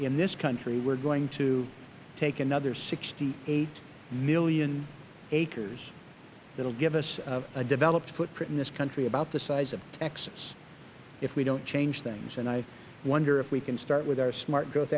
in this country we are going to take another sixty eight million acres that will give us a developed footprint in this country about the size of texas if we don't change things i wonder if we can start with our smart growth